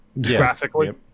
graphically